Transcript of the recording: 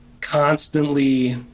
constantly